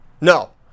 No